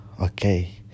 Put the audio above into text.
Okay